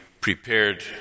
prepared